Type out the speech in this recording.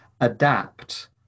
adapt